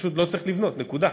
פשוט לא צריך לבנות, נקודה,